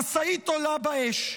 והמשאית עולה באש.